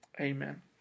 Amen